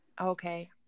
Okay